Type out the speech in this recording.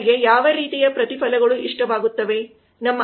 ಅವರಿಗೆ ಯಾವ ರೀತಿಯ ಪ್ರತಿಫಲಗಳು ಇಷ್ಟವಾಗುತ್ತವೆ